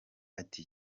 ati